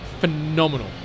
phenomenal